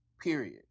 period